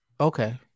okay